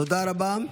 תודה רבה.